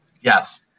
Yes